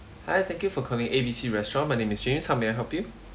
hi thank you for calling A B C restaurant my name is james how may I help you